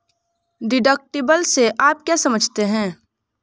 Deductible से आप क्या समझते हैं?